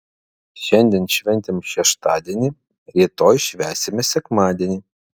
šiandien šventėm šeštadienį rytoj švęsime sekmadienį